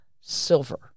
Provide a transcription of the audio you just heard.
silver